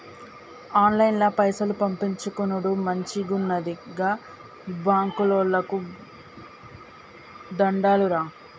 ఆన్లైన్ల పైసలు పంపిచ్చుకునుడు మంచిగున్నది, గా బాంకోళ్లకు దండాలురా